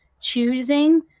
choosing